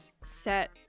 set